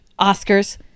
Oscars